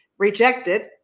rejected